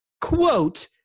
quote